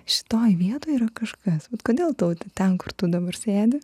šitoj vietoj yra kažkas kodėl tau ten kur tu dabar sėdi